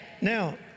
Now